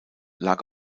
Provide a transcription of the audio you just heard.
lag